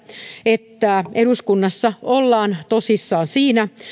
että eduskunnassa ollaan tosissaan siinä